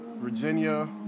Virginia